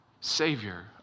Savior